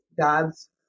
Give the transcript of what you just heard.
god's